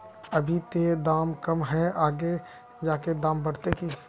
अभी ते दाम कम है आगे जाके दाम बढ़ते की?